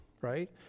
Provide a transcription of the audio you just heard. right